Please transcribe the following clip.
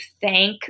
thank